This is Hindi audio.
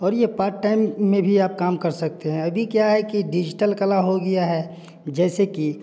और ये पार्ट टाइम में भी आप काम कर सकते हैं अभी क्या है कि डिजिटल कला हो गया है जैसे कि